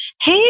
hey